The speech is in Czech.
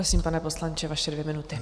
Prosím, pane poslanče, vaše dvě minuty.